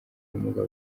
ubumuga